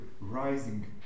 rising